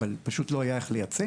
אבל פשוט לא היה איך לייצא.